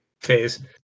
phase